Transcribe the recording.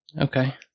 Okay